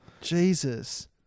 Jesus